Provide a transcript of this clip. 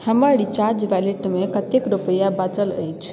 हमर रिचार्ज वालेटमे कतेक रुपैआ बाँचल अछि